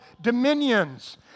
dominions